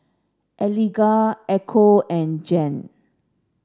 Eligah Echo and Jan